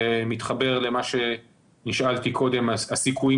וזה מתחבר למה שנשאלתי קודם על הסיכויים